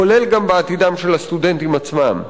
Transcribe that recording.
כולל גם בעתידם של הסטודנטים עצמם.